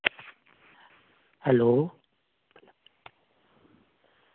hello